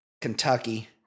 Kentucky